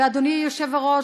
ואדוני היושב-ראש,